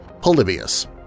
Polybius